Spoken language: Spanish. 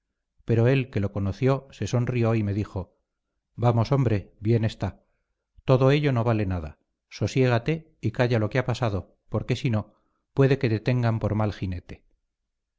pero él que lo conoció se sonrió y me dijo vamos hombre bien está todo ello no vale nada sosiégate y calla lo que ha pasado porque si no puede que te tengan por mal jinete